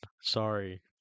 sorry